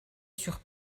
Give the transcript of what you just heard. sur